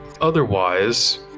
Otherwise